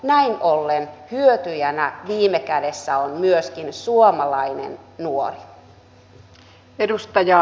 näin ollen hyötyjänä viime kädessä on myöskin suomalainen nuori